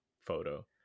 photo